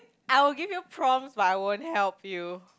I'll give you prompts but I won't help you